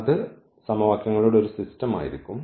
അത് സമവാക്യങ്ങളുടെ ഒരു സിസ്റ്റം ആയിരിക്കും